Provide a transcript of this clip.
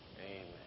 Amen